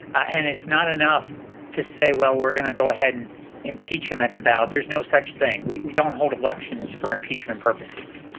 ah and it's not enough to say well we're going to go ahead and impeach him at the ballot. there's no such thing. we don't hold elections for impeachment purposes.